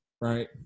right